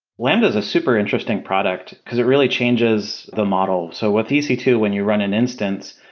lambda is a super interesting product, because it really changes the model. so with e c two, when you run an instance,